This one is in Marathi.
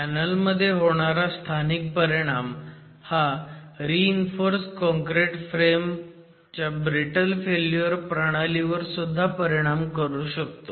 पॅनल मध्ये होणारा स्थानिक परिणाम हा रिइन्फोर्स काँक्रिट फ्रेम च्या ब्रिटल फेल्युअर प्रणाली वर सुद्धा परिणाम करू शकतो